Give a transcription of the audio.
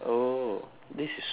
this is so weird